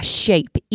shape